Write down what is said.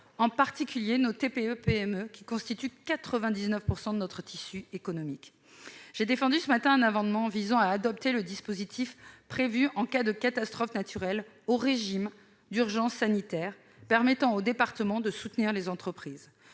en particulier de nos TPE et PME, qui constituent 99 % de notre tissu économique. J'ai défendu en commission, ce matin, un amendement visant à adapter le dispositif prévu en cas de catastrophe naturelle au régime d'urgence sanitaire, de manière à permettre aux départements de soutenir les entreprises.